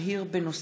רישום הורה נוסף),